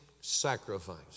Sacrifice